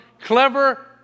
clever